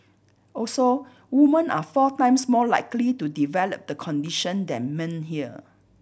also women are four times more likely to develop the condition than men are